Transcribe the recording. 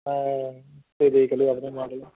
ਹਾਂ ਅਤੇ ਦੇਖ ਲਿਓ